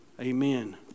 Amen